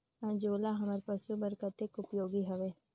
अंजोला हमर पशु बर कतेक उपयोगी हवे?